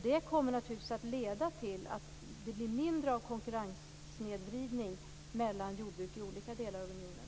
Det kommer naturligtvis att leda till att det blir mindre av konkurrenssnedvridning mellan jordbruk i olika delar av unionen.